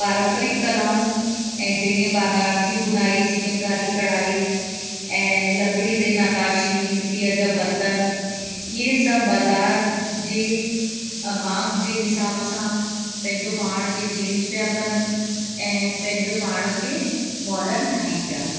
पारंपरिक कलाऊं ऐं जे ईअं बनारसी बुनाई चिकनकारी कढ़ाई ऐं लकड़ी ते नकाशी मिट्टीअ जा बरतनि इहे सभु बाज़ारि जे मांग जे हिसाब सां पंहिंजो पाण के चेंज पिया कनि ऐं पंहिंजो पाण के मॉर्डन ठाहीनि पिया